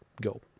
go